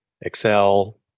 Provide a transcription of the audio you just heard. Excel